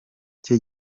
cye